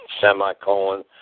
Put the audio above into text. semicolon